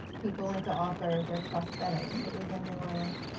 people went to offer their prosthetics, it was in new orleans.